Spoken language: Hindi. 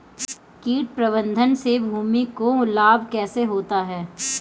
कीट प्रबंधन से भूमि को लाभ कैसे होता है?